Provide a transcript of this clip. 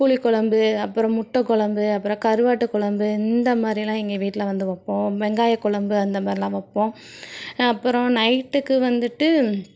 புளிக்கொழம்பு அப்புறம் முட்டை கொழம்பு அப்புறம் கருவாட்டு கொழம்பு இந்த மாதிரிலாம் எங்கள் வீட்டில் வந்து வைப்போம் வெங்காய கொழம்பு அந்த மாதிரிலாம் வைப்போம் அப்புறோம் நைட்டுக்கு வந்துவிட்டு